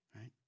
right